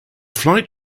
flight